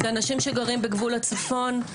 זה אנשים שגרים בגבול הצפון,